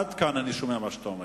עד כאן אני שומע מה שאתה אומר.